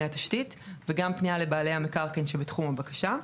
התשתית וגם פנייה לבעלי המקרקעין שבתחום הבקשה.